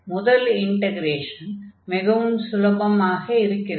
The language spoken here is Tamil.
முதல் இன்டக்ரேஷன் மிகவும் சுலபமாக இருக்கிறது